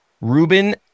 Ruben